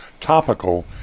topical